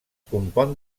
compon